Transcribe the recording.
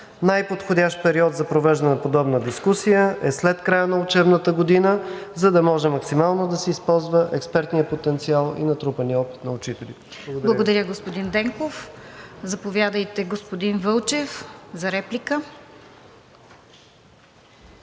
Най-подходящ период за провеждане на подобна дискусия е след края на учебната година, за да може максимално да се използва експертният потенциал и натрупаният опит на учителите. Благодаря. ПРЕДСЕДАТЕЛ РОСИЦА КИРОВА: Благодаря, господин Денков. Заповядайте, господин Вълчев, за реплика.